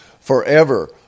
forever